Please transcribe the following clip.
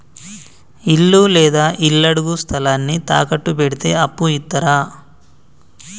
ఇల్లు లేదా ఇళ్లడుగు స్థలాన్ని తాకట్టు పెడితే అప్పు ఇత్తరా?